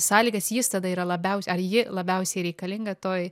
sąlygas jis tada yra labiausiai ar ji labiausiai reikalinga toj